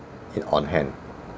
on hand